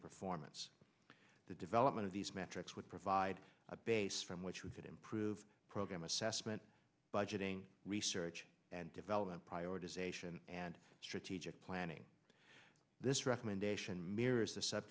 performance the development of these metrics would provide a base from which we could improve program assessment budgeting research and development prioritization and strategic planning this recommendation mirror th